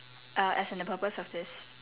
uh as in the purpose of this